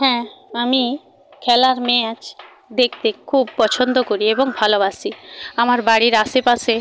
হ্যাঁ আমি খেলার ম্যাচ দেখতে খুব পছন্দ করি এবং ভালোবাসি আমার বাড়ির আশেপাশে